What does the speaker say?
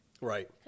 right